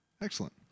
Excellent